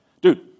dude